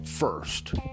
first